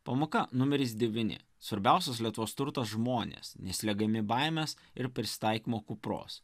pamoka numeris devyni svarbiausias lietuvos turtas žmonės neslegiami baimės ir prisitaikymo kupros